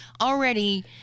already